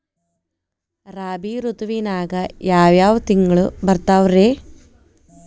ರಾಬಿ ಋತುವಿನಾಗ ಯಾವ್ ಯಾವ್ ತಿಂಗಳು ಬರ್ತಾವ್ ರೇ?